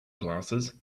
glasses